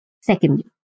Secondly